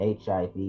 hiv